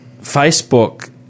Facebook